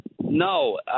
No